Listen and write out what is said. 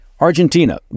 Argentina